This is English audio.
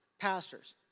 pastors